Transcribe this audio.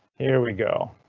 here we go.